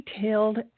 Detailed